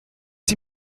sie